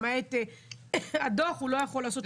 למעט הדוח הוא לא יכול לעשות שום דבר.